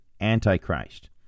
antichrist